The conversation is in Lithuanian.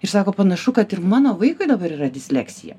iš sako panašu kad ir mano vaikui dabar yra disleksija